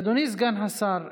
אדוני סגן השר,